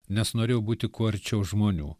nes norėjau būti kuo arčiau žmonių